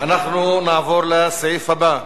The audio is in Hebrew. אנחנו עוברים לסעיף הבא בסדר-היום,